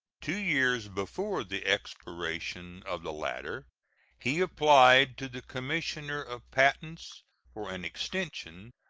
two years before the expiration of the latter he applied to the commissioner of patents for an extension,